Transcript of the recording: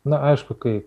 na aišku kai